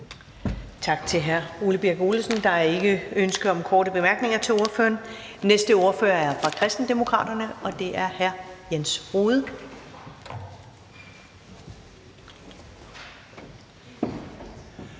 Tak til hr. Ole Birk Olesen. Der er ikke ønske om korte bemærkninger til ordføreren. Næste ordfører er fra Kristendemokraterne, og det er hr. Jens Rohde.